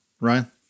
Ryan